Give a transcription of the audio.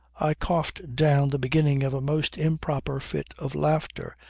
i coughed down the beginning of a most improper fit of laughter,